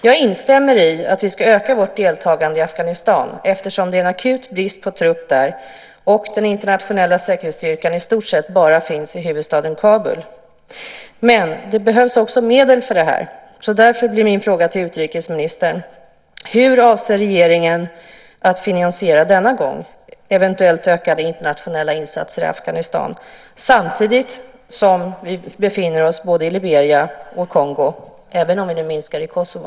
Jag instämmer i att vi ska öka vårt deltagande i Afghanistan eftersom det är en akut brist på trupp där och den internationella säkerhetsstyrkan i stort sett bara finns i huvudstaden Kabul. Men det behövs också medel för detta. Därför blir min fråga till utrikesministern: Hur avser regeringen att denna gång finansiera eventuellt ökade internationella insatser i Afghanistan samtidigt som vi befinner oss i både Liberia och Kongo, även om vi nu minskar närvaron i Kosovo?